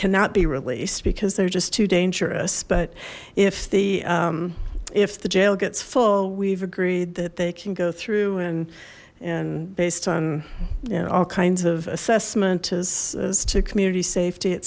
cannot be released because they're just too dangerous but if the if the jail gets full we've agreed that they can go through and and based on you know all kinds of assessment as to community safety et